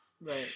Right